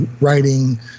writing